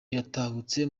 yatahutse